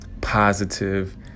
positive